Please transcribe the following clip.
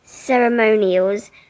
Ceremonials